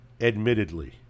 admittedly